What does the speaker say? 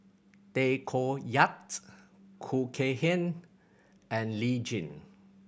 Tay Koh Yat Khoo Kay Hian and Lee Tjin